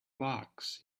box